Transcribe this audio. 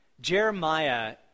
Jeremiah